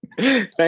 Thank